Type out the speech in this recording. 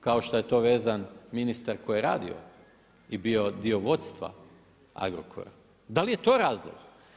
Kao što je to vezan ministar koji je radio i bio dio vodstva Agrokora, da li je to razlog?